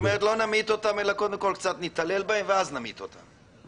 זאת אומרת לא נמית אותם אלא קודם כל קצת נתעלל בהם ואז נמית אותם.